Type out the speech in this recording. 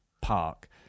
Park